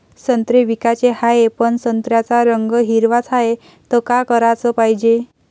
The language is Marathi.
संत्रे विकाचे हाये, पन संत्र्याचा रंग हिरवाच हाये, त का कराच पायजे?